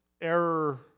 error